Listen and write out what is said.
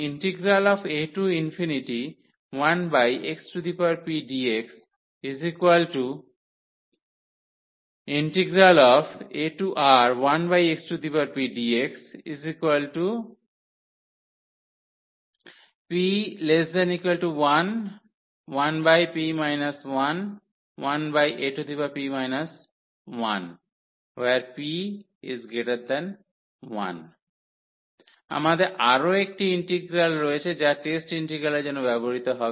a1xpdxaR1xpdx p≤1 1p 11ap 1p1 আমাদের আরও একটি ইন্টিগ্রাল রয়েছে যা টেস্ট ইন্টিগ্রালের জন্য ব্যবহৃত হবে